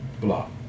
block